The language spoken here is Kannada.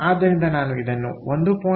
ಆದ್ದರಿಂದ ನಾನು ಇದನ್ನು 1